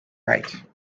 right